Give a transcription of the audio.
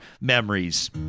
memories